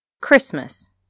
christmas